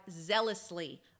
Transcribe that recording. zealously